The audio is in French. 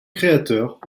créateur